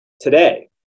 today